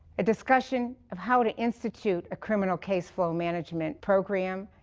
a discussion of how to institute a criminal caseflow management program,